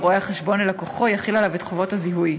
רואה-חשבון ללקוחו יחיל עליו את חובות הזיהוי,